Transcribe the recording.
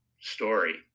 story